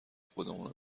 خودمونه